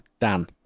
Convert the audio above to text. Dan